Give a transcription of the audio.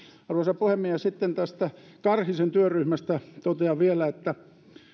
arvoisa puhemies sitten tästä karhisen työryhmästä totean vielä että